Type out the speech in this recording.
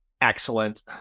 excellent